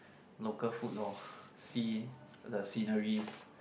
local food lor see the sceneries